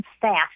FAST